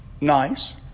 Nice